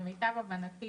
למיטב הבנתי